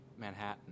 Manhattan